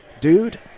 dude